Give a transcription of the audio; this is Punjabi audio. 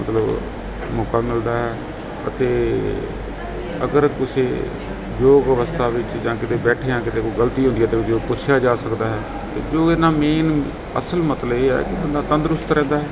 ਮਤਲਬ ਮੌਕਾ ਮਿਲਦਾ ਹੈ ਅਤੇ ਅਗਰ ਤੁਸੀਂ ਯੋਗ ਅਵਸਥਾ ਵਿੱਚ ਜਾਂ ਕਿਤੇ ਬੈਠਿਆਂ ਕਿਤੇ ਕੋਈ ਗਲਤੀ ਹੁੰਦੀ ਆ ਤਾਂ ਜੋ ਪੁੱਛਿਆ ਜਾ ਸਕਦਾ ਹੈ ਅਤੇ ਜੋ ਇਹਦਾ ਮੇਨ ਅਸਲ ਮਤਲਬ ਇਹ ਹੈ ਕਿ ਬੰਦਾ ਤੰਦਰੁਸਤ ਰਹਿੰਦਾ